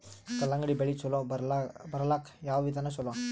ಕಲ್ಲಂಗಡಿ ಬೆಳಿ ಚಲೋ ಬರಲಾಕ ಯಾವ ವಿಧಾನ ಚಲೋ?